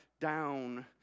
down